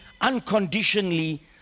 unconditionally